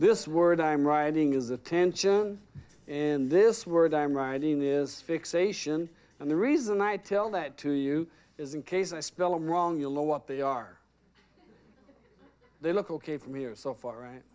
this word i am writing is attention and this word i am writing is fixation and the reason i tell that to you is in case i spell it wrong you low what they are they look ok for me or so far right